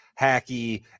hacky